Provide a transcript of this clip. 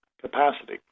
capacity